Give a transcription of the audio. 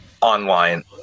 online